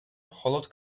მხოლოდ